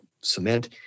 cement